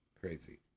Crazy